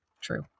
true